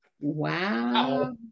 wow